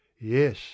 yes